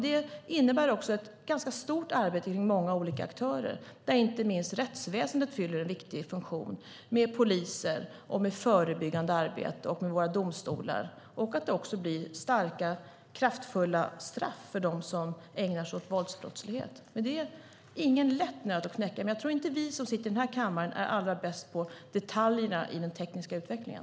Det innebär också ett ganska stort arbete med många olika aktörer, där inte minst rättsväsendet fyller en viktig funktion med poliser och förebyggande arbete, med våra domstolar och att det också blir kraftfulla straff för dem som ägnar sig åt våldsbrottslighet. Det är ingen lätt nöt att knäcka, men jag tror inte att vi i den här kammaren är allra bäst på detaljerna i den tekniska utvecklingen.